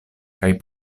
kaj